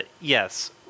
yes